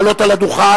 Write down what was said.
לעלות על הדוכן,